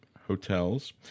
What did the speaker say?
hotels